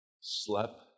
slept